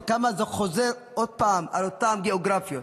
וכמה זה חוזר עוד פעם על אותן גיאוגרפיות,